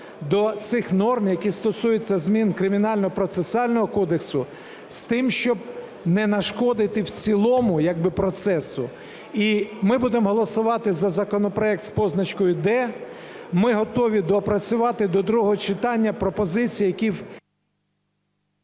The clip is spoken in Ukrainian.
до цих норм, які стосуються змін Кримінального процесуального кодексу, з тим, щоб не нашкодити в цілому як би процесу. І ми будемо голосувати за законопроект з позначкою "д". Ми готові доопрацювати до другого читання пропозиції, які…